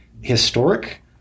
Historic